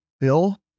bill